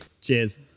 Cheers